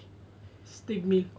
steak meal